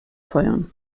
feuern